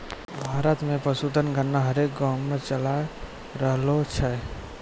भारत मे पशुधन गणना हरेक गाँवो मे चालाय रहलो छै